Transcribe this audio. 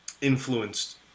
influenced